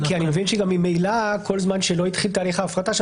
אני מבין שממילא כל זמן שלא התחיל תהליך ההפרטה,